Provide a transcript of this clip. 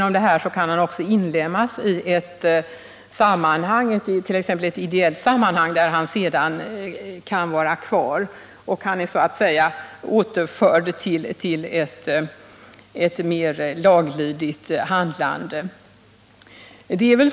På det sättet kan han inlemmas i exempelvis ett ideellt sammanhang där han sedan är kvar och därigenom återförs till ett mer laglydigt handlande.